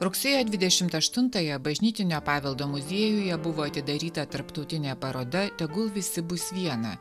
rugsėjo dvidešimt aštuntąją bažnytinio paveldo muziejuje buvo atidaryta tarptautinė paroda tegul visi bus viena